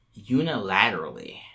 unilaterally